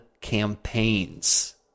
campaigns